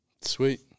Sweet